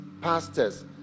pastors